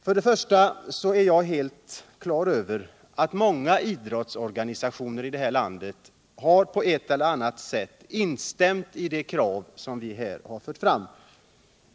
Jag vill då säga att jag är helt på det klara med att många idrottsorganisationer här i landet på ett eller annat sätt har instämt i de krav som vi har fört fram.